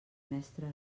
mestre